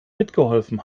mitgeholfen